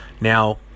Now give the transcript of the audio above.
Now